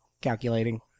Calculating